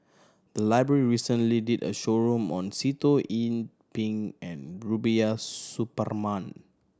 the library recently did a show road on Sitoh Yih Pin and Rubiah Suparman